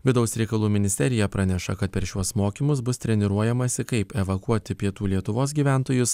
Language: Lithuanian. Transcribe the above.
vidaus reikalų ministerija praneša kad per šiuos mokymus bus treniruojamasi kaip evakuoti pietų lietuvos gyventojus